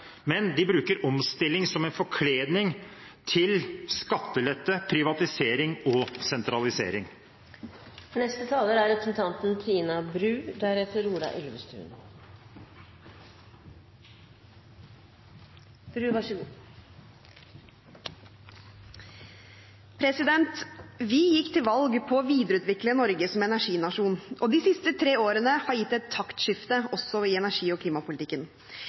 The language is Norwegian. men de bruker omstilling som en forkledning til skattelette, privatisering og sentralisering. Vi gikk til valg på å videreutvikle Norge som energinasjon, og de siste tre årene har gitt et taktskifte også i energi- og klimapolitikken.